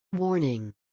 Warning